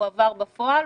הועבר בפועל,